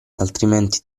altrimenti